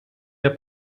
der